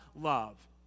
love